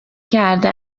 کرده